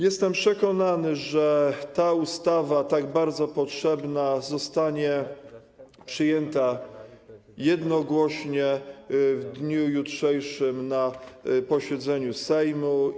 Jestem przekonany, że ta ustawa, tak bardzo potrzebna, zostanie przyjęta jednogłośnie w dniu jutrzejszym na posiedzeniu Sejmu.